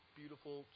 beautiful